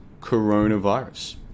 coronavirus